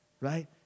right